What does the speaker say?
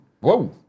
Whoa